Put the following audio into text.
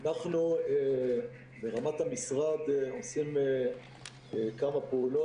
אנחנו ברמת המשרד עושים כמה פעולות.